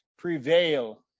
prevail